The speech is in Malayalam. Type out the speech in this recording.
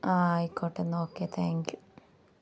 ആ ആയിക്കോട്ടെ എന്നാൽ ഓക്കെ താങ്ക് യൂ